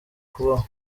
kubaho